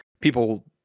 people